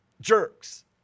jerks